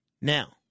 Now